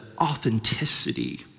authenticity